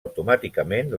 automàticament